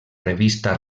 revista